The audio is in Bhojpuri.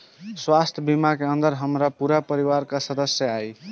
स्वास्थ्य बीमा के अंदर हमार पूरा परिवार का सदस्य आई?